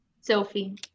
sophie